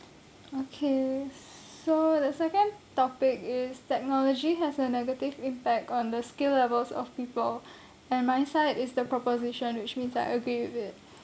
okay so the second topic is technology has a negative impact on the skill levels of people and my side is the proposition which means I agree with it